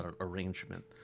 arrangement